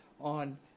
on